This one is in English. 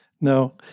no